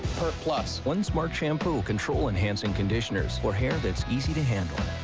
plus. one smart shampoo. control-enhancing conditioners. for hair that's easy to handle.